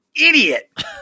idiot